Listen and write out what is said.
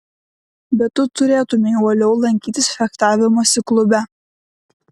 bet tu turėtumei uoliau lankytis fechtavimosi klube